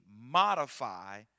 modify